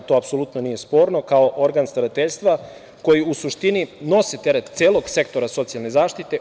To apsolutno nije sporno, kao organ starateljstva koji u suštini nose teret celog sektora socijalne zaštite.